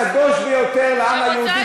-- על-ידי הספר הקדוש ביותר לעם היהודי,